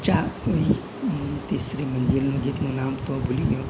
ચા તીસરી મંઝિલનું ગીતનું નામ તો ભૂલી ગયો